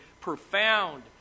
profound